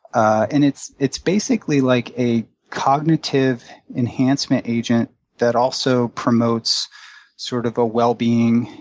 and it's it's basically like a cognitive enhancement agent that also promotes sort of a wellbeing,